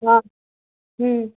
नहि हूँ